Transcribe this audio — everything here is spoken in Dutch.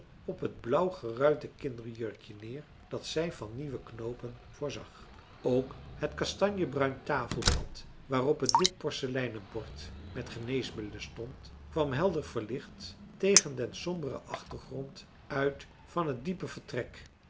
op het blauw geruiten kinderjurkje neer dat zij van nieuwe knoopen voorzag ook het kastanjebruin tafelblad waarop het wit porseleinen bord met geneesmiddelen stond kwam helder verlicht tegen den somberen achtergrond uit van het diepe vertrek